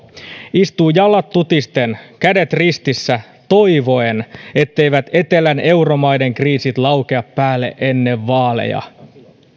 istuu jalat tutisten kädet ristissä toivoen etteivät etelän euromaiden kriisit laukea päälle ennen vaaleja